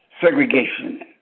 segregation